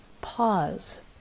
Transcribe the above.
pause